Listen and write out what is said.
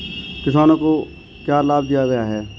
किसानों को क्या लाभ दिए गए हैं?